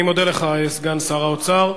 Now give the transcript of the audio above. אני מודה לך, סגן שר האוצר.